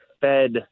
fed